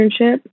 internship